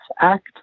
Act